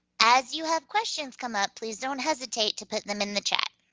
as you have questions come up, please don't hesitate to put them in the chat.